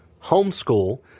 homeschool